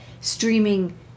streaming